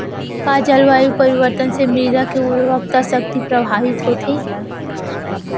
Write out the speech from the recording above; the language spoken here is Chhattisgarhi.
का जलवायु परिवर्तन से मृदा के उर्वरकता शक्ति प्रभावित होथे?